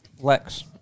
Lex